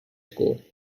school